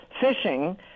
fishing